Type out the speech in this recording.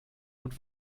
und